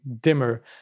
dimmer